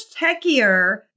techier